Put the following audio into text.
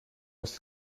was